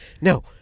no